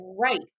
Right